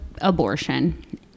abortion